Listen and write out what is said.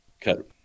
cut